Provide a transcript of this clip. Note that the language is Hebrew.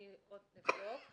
אני אבדוק,